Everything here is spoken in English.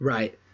Right